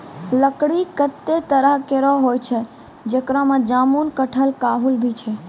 लकड़ी कत्ते तरह केरो होय छै, जेकरा में जामुन, कटहल, काहुल भी छै